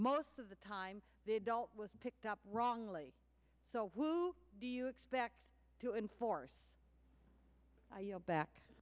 most of the time the adult was picked up wrongly so who do you expect to enforce you know back